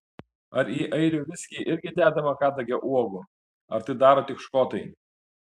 ar į airių viskį irgi dedama kadagio uogų ar tai daro tik škotai